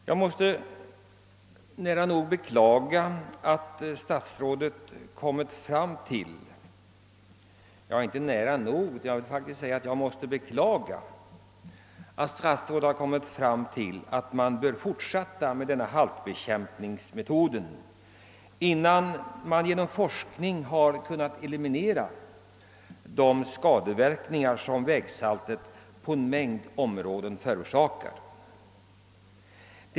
Jag måste faktiskt beklaga att statsrådet kommit till den slutsatsen, att man bör fortsätta med denna halkbekämpningsmetod innan <forskningen kunnat eliminera de skadeverkningar, som vägsaltet förorsakar på en mängd områden.